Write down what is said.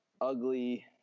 ugly